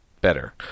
better